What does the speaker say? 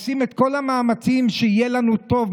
עושים את כל המאמצים כדי שיהיה לנו טוב.